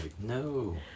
No